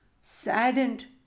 Saddened